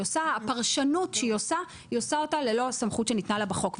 היא עושה הפרשנות שלה ללא הסמכות שניתנה לה בחוק.